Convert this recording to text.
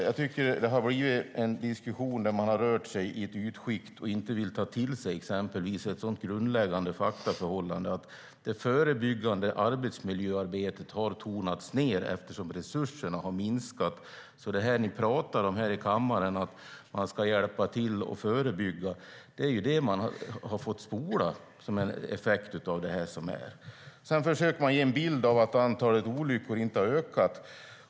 Det här har blivit en diskussion där man rör sig i ett ytskikt och inte vill ta till sig exempelvis ett så grundläggande faktaförhållande som att det förebyggande arbetsmiljöarbetet har tonats ned eftersom resurserna har minskat. Ni pratar här i kammaren om att man ska hjälpa till att förebygga, men det är ju det som man har fått spola. Sedan försöker man ge en bild av att antalet olyckor inte har ökat.